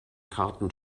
karten